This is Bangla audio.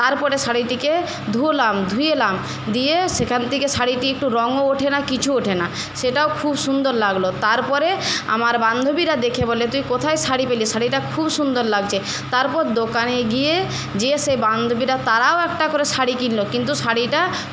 তারপরে শাড়িটিকে ধুলাম ধুয়েলাম দিয়ে সেখান থেকে শাড়িটি একটু রঙও ওঠে না কিছু ওঠে না সেটাও খুব সুন্দর লাগলো তারপরে আমার বান্ধবীরা দেখে বলে তুই কোথায় শাড়ি পেলি শাড়িটা খুব সুন্দর লাগছে তারপর দোকানে গিয়ে যেয়ে সে বান্ধবীটা তারাও একটা করে শাড়ি কিনলো কিন্তু শাড়িটা